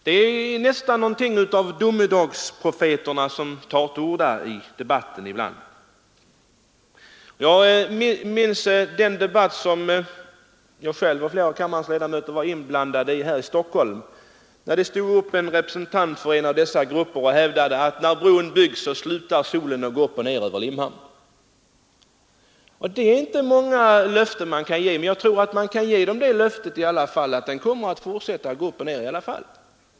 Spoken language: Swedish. Det verkar nästan som om det vore domedagsprofeterna som tar till orda i debatten ibland. Jag minns en debatt som jag själv och flera av kammarens ledamöter var inblandade i här i Stockholm. En representant från någon grupp stod upp och hävdade att när bron byggs så slutar solen att gå upp och ner över Limhamn. Det finns inte många löften man kan ge, men jag tror att man kan ge det löftet i alla fall att solen ändå skall fortsätta att gå upp och ner.